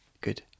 Good